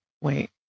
Wait